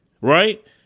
Right